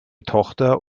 tochter